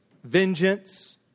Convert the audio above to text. Vengeance